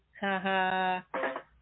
ha-ha